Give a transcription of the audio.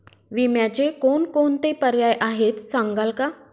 विम्याचे कोणकोणते पर्याय आहेत सांगाल का?